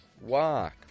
walk